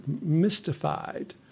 mystified